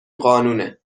قانونه